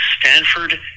Stanford